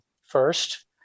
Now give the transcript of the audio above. First